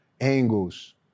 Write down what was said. angles